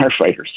firefighters